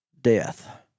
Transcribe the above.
death